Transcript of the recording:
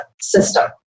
system